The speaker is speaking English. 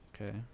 okay